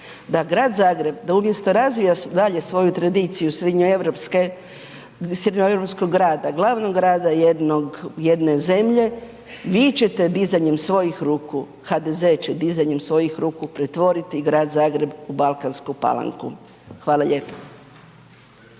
da Grad Zagreb da umjesto razvija svoju tradiciju srednjoeuropskog grada, glavnog grada jedne zemlje, vi ćete dizanjem svojih ruku, HDZ će dizanjem svojih ruku pretvoriti Grad Zagreb u balkansku palanku. Hvala lijepo.